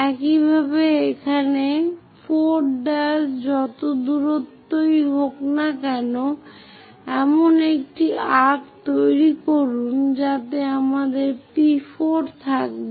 একইভাবে এখানে 4' যত দূরত্বই হোক না কেন এমন একটি আর্ক্ তৈরি করুন যাতে আমাদের P4 থাকবে